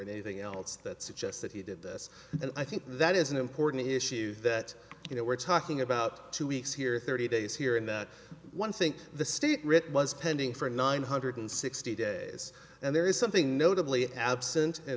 anything else that suggests that he did this and i think that is an important issue that you know we're talking about two weeks here thirty days here and one think the state written was pending for nine hundred sixty days and there is something notably absent in